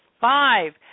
Five